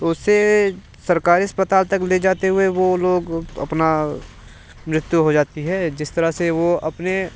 तो उसे सरकारी अस्पताल तक ले जाते हुए वो लोग अपना मृत्यु हो जाती है जिस तरह से वो अपने